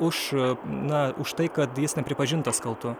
už na už tai kad jis nepripažintas kaltu